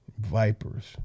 vipers